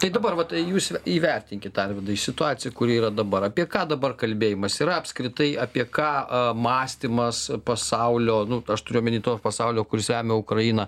tai dabar va tai jūs įvertinkit arvydui situaciją kuri yra dabar apie ką dabar kalbėjimas yra apskritai apie ką mąstymas pasaulio nu aš turiu omeny to pasaulio kuris remia ukrainą